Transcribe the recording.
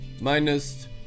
minus